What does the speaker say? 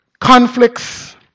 conflicts